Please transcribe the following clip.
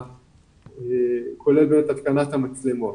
כולל התקנת המצלמה.